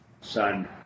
Son